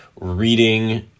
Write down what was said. reading